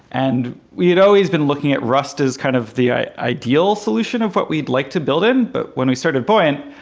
and we had always been looking at rust as kind of the ideal solution of what we'd like to build in, but when we started buoyant,